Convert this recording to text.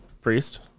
priest